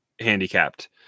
handicapped